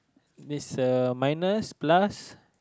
this uh minus plus